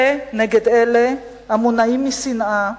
נגד אלה המונעים משנאה,